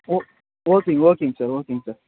ஓ okay ஓகேங்க sir ஓகேங்க sir